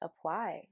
apply